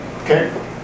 okay